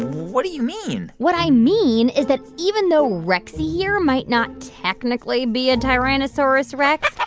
what do you mean? what i mean is that even though rexy here might not technically be a tyrannosaurus rex,